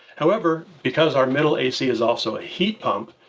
however, because our middle a c is also a heat pump,